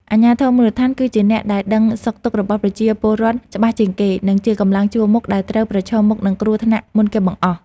អាជ្ញាធរមូលដ្ឋានគឺជាអ្នកដែលដឹងសុខទុក្ខរបស់ប្រជាពលរដ្ឋច្បាស់ជាងគេ និងជាកម្លាំងជួរមុខដែលត្រូវប្រឈមមុខនឹងគ្រោះថ្នាក់មុនគេបង្អស់។